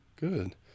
good